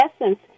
essence